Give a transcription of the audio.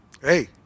hey